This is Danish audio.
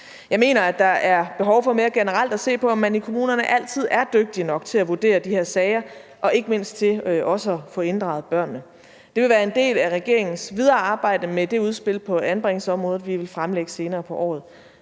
Jeg mener, at der er behov for mere generelt at se på, om man i kommunerne altid er dygtige nok til at vurdere de her sager og ikke mindst til også at få inddraget børnene. Det vil være en del af regeringens videre arbejde med det udspil på anbringelsesområdet, som vi vil fremlægge senere på året.